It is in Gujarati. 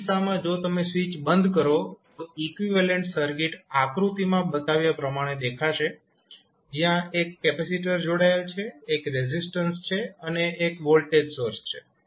આ કિસ્સામાં જો તમે સ્વીચ બંધ કરો તો ઇકવીવેલેન્ટ સર્કિટ આકૃતિમાં બતાવ્યા પ્રમાણે દેખાશે જ્યાં એક કેપેસિટર જોડાયેલ છે એક રેઝિસ્ટન્સ છે અને એક વોલ્ટેજ સોર્સ છે